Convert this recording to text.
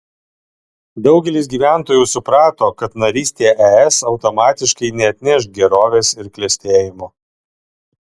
daugelis gyventojų suprato kad narystė es automatiškai neatneš gerovės ir klestėjimo